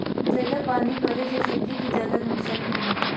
जयादा पानी पड़े से सब्जी के ज्यादा नुकसान होबो हइ